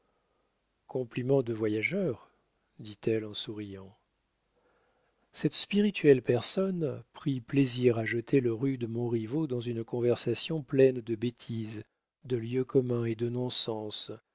compliment de voyageur dit-elle en souriant cette spirituelle personne prit plaisir à jeter le rude montriveau dans une conversation pleine de bêtises de lieux communs et de non-sens